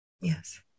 Yes